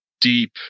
deep